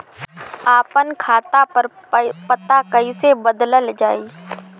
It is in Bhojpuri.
आपन खाता पर पता कईसे बदलल जाई?